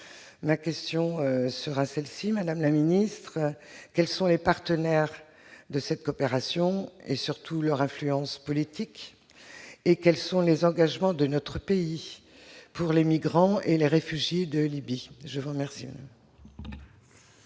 Ma question sera celle-ci, madame la ministre : quels sont les partenaires de cette coopération et, surtout, quelle est leur influence politique ? Quels sont les engagements de notre pays pour les migrants et les réfugiés de Libye ? La parole